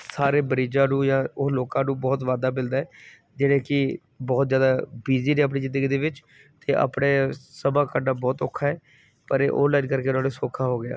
ਸਾਰੇ ਮਰੀਜ਼ਾਂ ਨੂੰ ਜਾਂ ਉਹ ਲੋਕਾਂ ਨੂੰ ਬਹੁਤ ਵਾਧਾ ਮਿਲਦਾ ਜਿਹੜੇ ਕਿ ਬਹੁਤ ਜ਼ਿਆਦਾ ਬੀਜੀ ਨੇ ਆਪਣੀ ਜ਼ਿੰਦਗੀ ਦੇ ਵਿੱਚ ਅਤੇ ਆਪਣੇ ਸਮਾਂ ਕਰਨਾ ਬਹੁਤ ਔਖਾ ਹੈ ਪਰ ਇਹ ਉਹ ਇਲਾਜ ਕਰਕੇ ਉਹਨਾਂ ਨੇ ਸੌਖਾ ਹੋ ਗਿਆ